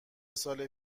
سال